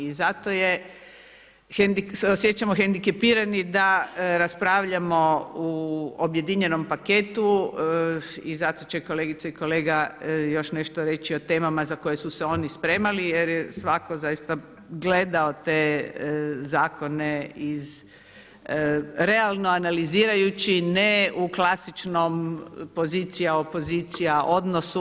I zato se osjećamo hendikepirani da raspravljamo u objedinjenom paketu i zato će kolegica i kolega još nešto reći o temama za koje su se oni spremali jer je svatko zaista gledao te zakone realno analizirajući ne u klasičnom pozicija, opozicija odnosu.